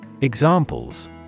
Examples